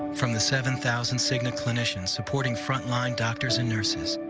from the seven thousand cigna clinicians, supporting front line doctors and nurses,